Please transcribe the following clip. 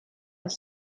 auf